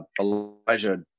Elijah